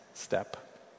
step